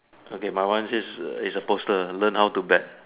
okay my one says its a poster learn how to bat